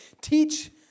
Teach